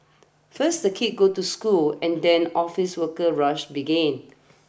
first the kids go to school and then office worker rush begins